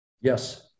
Yes